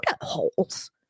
holes